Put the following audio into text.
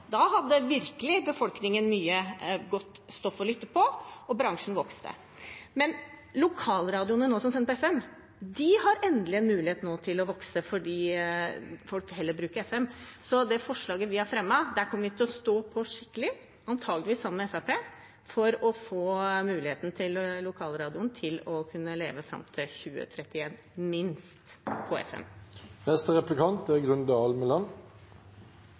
Da hadde virkelig befolkningen mye godt stoff å lytte til, og bransjen vokste. Men lokalradioene som nå sender på FM, har endelig en mulighet til å vokse fordi folk heller vil bruke FM. Når det gjelder forslaget vi har fremmet, kommer vi til å stå på skikkelig, antakelig sammen med Fremskrittspartiet, for å gi lokalradioene mulighet til å kunne leve på FM fram til 2031, minst.